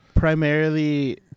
Primarily